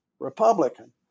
Republican